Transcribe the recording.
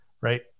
right